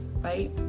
right